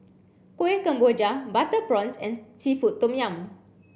Kueh Kemboja butter prawns and seafood Tom Yum